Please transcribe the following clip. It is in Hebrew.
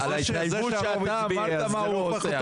בגלל חסמים שלא תלויים בהם,